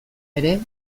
ere